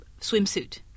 swimsuit